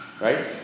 right